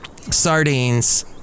sardines